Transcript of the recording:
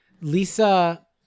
Lisa